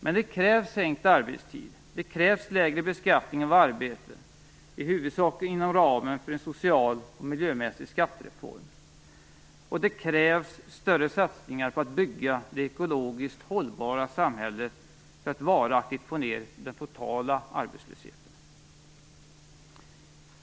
Men det krävs sänkt arbetstid, det krävs lägre beskattning av arbete, i huvudsak inom ramen för en social och miljömässig skattereform, och det krävs större satsningar på att bygga det ekologiskt hållbara samhället för att varaktigt få ned den totala arbetslösheten.